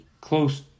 close